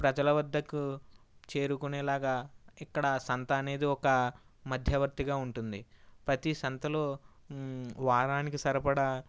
ప్రజల వద్దకు చేరుకునేలాగా ఇక్కడ సంత అనేది ఒక మధ్యవర్తిగా ఉంటుంది ప్రతి సంతలో వారానికి సరిపడ